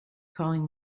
calling